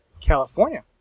California